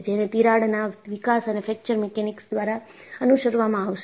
જેને તિરાડ ના વિકાસ અને ફ્રેક્ચર મીકેનીક્સ દ્વારા અનુસરવામાં આવશે